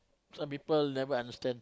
some people never understand